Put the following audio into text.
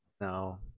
No